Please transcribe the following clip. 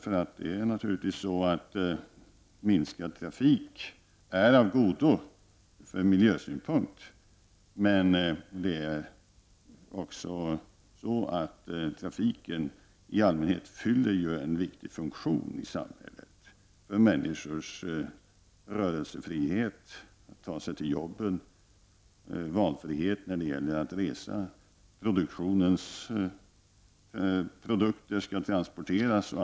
För naturligtvis är minskad trafik av godo ur miljösynpunkt, men trafiken i allmänhet fyller ju också en viktig funktion i samhället för människors rörelsefrihet, valfriheten att resa och att ta sig till jobbet och för produkter som skall transporteras.